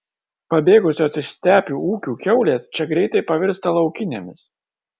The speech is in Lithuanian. pabėgusios iš stepių ūkių kiaulės čia greitai pavirsta laukinėmis